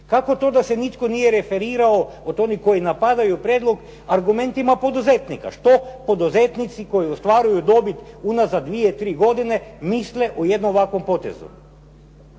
Kako to da se nitko nije referirao od onih koji napadaju prijedlog argumentima poduzetnika? Što poduzetnici koji ostvaruju dobit unazad dvije, tri godine misle o jednom ovakvom potezu?